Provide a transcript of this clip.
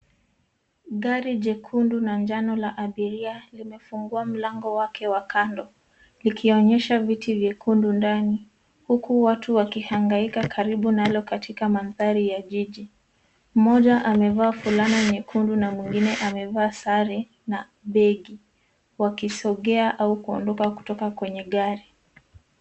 Gari jekundu na njano la abiria limefungua mlango wake wa kando likionyesha viti vyekundu ndani huku watu wakihangaka karibu nalo katika mandhari ya jiji, moja amevaa fulana nyekundu na mwingine amevaa sare na begi wakisogea na kuondoka kwenye gari.